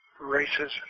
races